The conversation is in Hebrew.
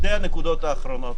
שתי הנקודות האחרונות.